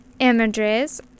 Images